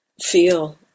feel